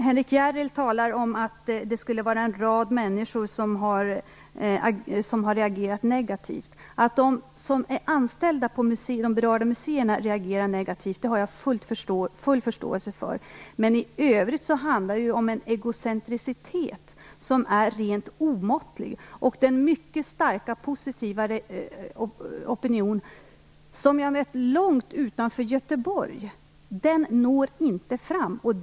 Henrik Järrel talar om att en rad människor skulle ha reagerat negativt. Att de anställda på berörda museer reagerar negativt har jag full förståelse för. Men i övrigt handlar det om en egocentricitet som är rent omåttlig. Den mycket starka positiva opinion som jag har mött långt utanför Göteborg når inte fram.